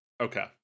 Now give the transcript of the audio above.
Okay